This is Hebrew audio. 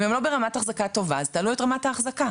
אם הם לא ברמת אחזקה טובה, אז תעלו את רמת האחזקה.